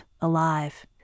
alive